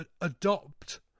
adopt